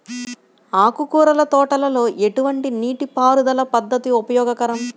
ఆకుకూరల తోటలలో ఎటువంటి నీటిపారుదల పద్దతి ఉపయోగకరం?